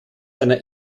einer